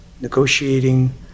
negotiating